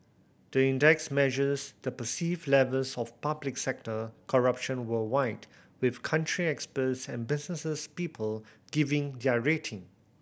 the index measures the perceived levels of public sector corruption worldwide with country experts and business people giving their rating